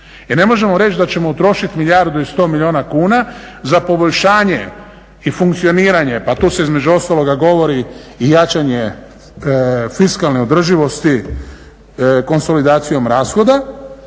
ne možemo reći da ćemo utrošiti milijardu i 100 milijuna kuna za poboljšanje i funkcioniranje, pa tu se između ostaloga govori i jačanje fiskalne održivosti konsolidacijom rashoda